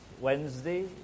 Wednesday